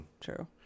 True